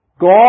God